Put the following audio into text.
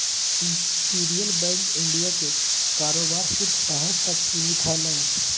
imperial Bank of India के कारोबार सिर्फ़ शहर तक सीमित हलय